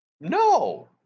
No